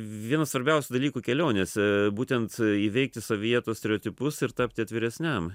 vienas svarbiausių dalykų kelionėse būtent įveikti sovietų stereotipus ir tapti atviresniam